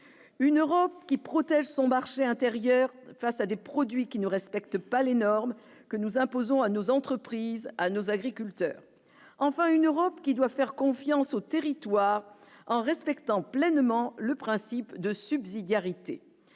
une Europe qui protège son marché intérieur, face à des produits qui ne respectent pas les normes que nous imposons à nos entreprises, à nos agriculteurs enfin une Europe qui doit faire confiance aux territoires en respectant pleinement le principe de subsidiaire